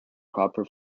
proper